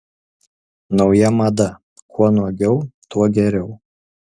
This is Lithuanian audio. nauja mada kuo nuogiau tuo geriau